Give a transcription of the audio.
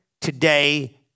today